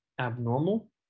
abnormal